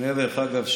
דרך אגב,